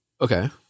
okay